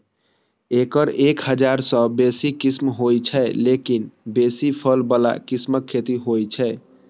एकर एक हजार सं बेसी किस्म होइ छै, लेकिन बेसी फल बला किस्मक खेती होइ छै